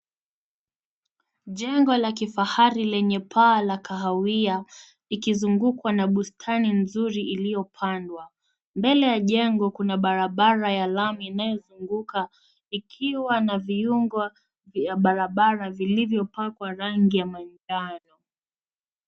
Jengo la kifahari lenye paa la kahawia, likizungukwa na bustani nzuri iliyopandwa. Mbele ya jengo kuna barabara ya lami inayozunguka, ikiwa na viunga vya barabara vilivyopakwa rangi ya manjano.